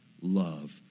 love